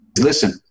Listen